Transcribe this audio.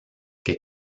que